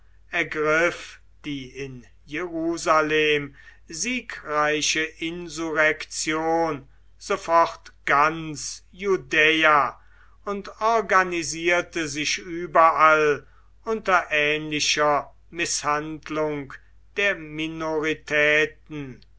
die in jerusalem siegreiche insurrektion sofort ganz judäa und organisierte sich überall unter ähnlicher mißhandlung der minoritäten